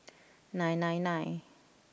nine nine nine